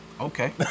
Okay